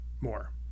more